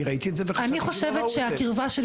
אני ראיתי את זה וחשבתי שזה לא ראוי -- אני חושבת שהקרבה שלי